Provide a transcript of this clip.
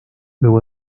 luego